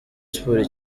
sports